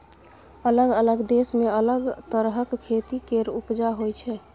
अलग अलग देश मे अलग तरहक खेती केर उपजा होइ छै